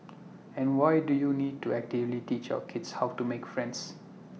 and why do you need to actively teach our kids how to make friends